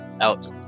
out